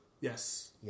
Yes